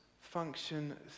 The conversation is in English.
function